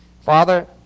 father